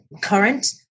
current